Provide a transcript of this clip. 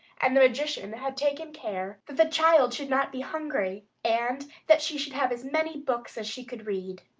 and the magician had taken care that the child should not be hungry, and that she should have as many books as she could read.